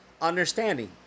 understanding